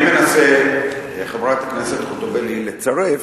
חברת הכנסת חוטובלי, לצרף